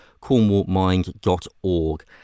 cornwallmind.org